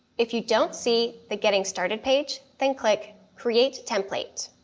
if you don't see the getting started page, then click create template.